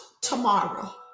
tomorrow